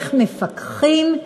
איך מפקחים,